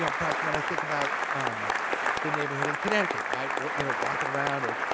perhaps when i think about um the neighborhood in connecticut. right? but you know walking around or,